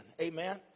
Amen